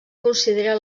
considera